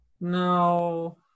No